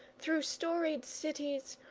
through storied cities,